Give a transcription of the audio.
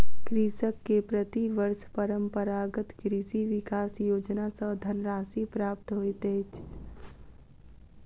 कृषक के प्रति वर्ष परंपरागत कृषि विकास योजना सॅ धनराशि प्राप्त होइत अछि